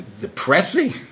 depressing